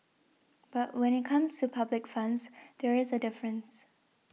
but when it comes to public funds there is a difference